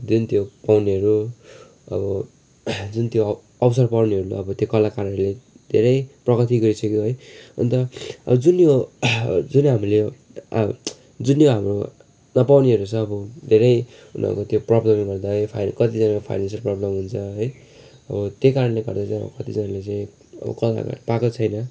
जुन त्यो बहिनीहरू अब जुन त्यो अव अवसर पाउनेहरू त अब त्यो कलाकारहरूले धेरै प्रगति गरिसक्यो है अन्त जुन यो जुन हामीले यो जुन यो हाम्रो नपाउनेहरू छ अब धेरै उनीहरूको त्यो प्रब्लमले गर्दा है कतिजनाको फाइनेन्सियल प्रब्लम हुन्छ है त्यही कारणले गर्दै चाहिँ अब कतिजनाले चाहिँ अब कलाकार पाएको छैन